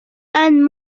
and